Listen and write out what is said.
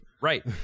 Right